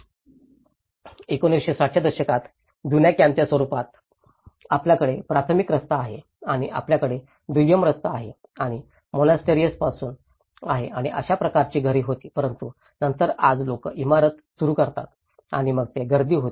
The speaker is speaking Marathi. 1960 च्या दशकात जुन्या कॅम्पच्या रूपांतरणात आपल्याकडे प्राथमिक रस्ता आहे आणि आपल्याकडे दुय्यम रस्ता आहे आणि मोनास्टरीएस पासून आहे आणि अशाच प्रकारे घरे होती परंतु नंतर आज लोक इमारत सुरू करतात आणि मग ते गर्दी होते